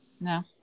no